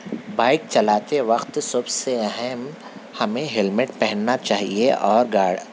bike چلاتے وقت سب سے اہم ہمیں حلمیٹ پہننا چاہیے اور گاڑ